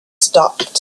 stopped